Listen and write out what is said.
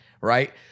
Right